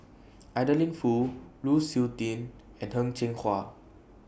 Adeline Foo Lu Suitin and Heng Cheng Hwa